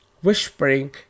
whispering